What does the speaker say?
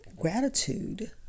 gratitude